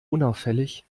unauffällig